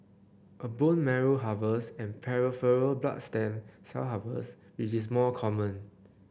a bone marrow harvest and peripheral blood stem cell harvest which is more common